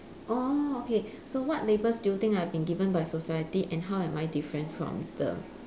orh okay so what labels do you think I've been given by the society and how am I different from the